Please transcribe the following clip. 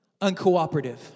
uncooperative